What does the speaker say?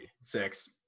Six